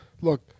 Look